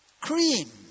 Cream